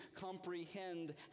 comprehend